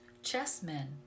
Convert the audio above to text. chessmen